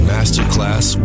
Masterclass